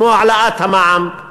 כמו העלאת המע"מ,